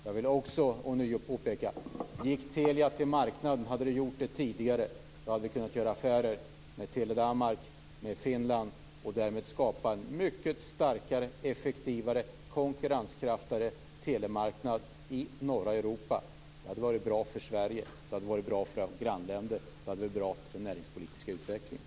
Jag vill också ånyo påpeka att om Telia tidigare hade gått till marknaden skulle vi ha kunnat göra affärer med Tele Danmark och med Finland och därmed skapa mycket starkare, effektivare och konkurrenskraftigare telemarknad i norra Europa. Det hade varit bra för Sverige, för våra grannländer och för den näringspolitiska utvecklingen.